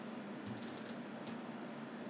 ah you mean root beer A&W have chicken now ah